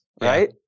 Right